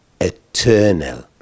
eternal